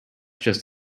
just